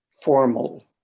formal